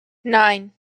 nine